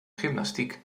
gymnastiek